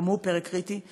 גם הוא פרק קריטי.